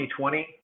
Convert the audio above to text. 2020